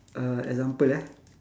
uh example ya